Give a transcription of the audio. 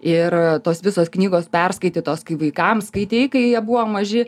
ir tos visos knygos perskaitytos kai vaikams skaitei kai jie buvo maži